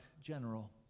general